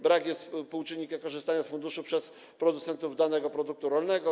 Brak jest współczynnika wykorzystania funduszu przez producentów danego produktu rolnego.